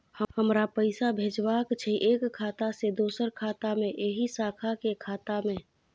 हमरा पैसा भेजबाक छै एक खाता से दोसर खाता मे एहि शाखा के खाता मे?